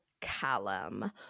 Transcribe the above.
Callum